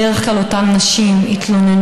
בדרך כלל אותן נשים התלוננו,